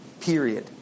period